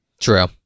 true